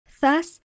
Thus